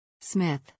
Smith